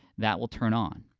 that will turn on.